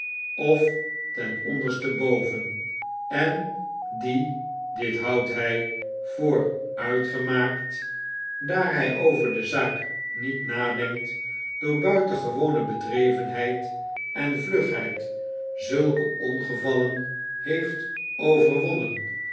of ten onderste boven en die dit houdt hy voor uitgemakt daar hg over de zaak niet nadenkt door buitengewone bedrevenheid en vlugheid zulke ongevallen heeft